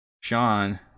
Sean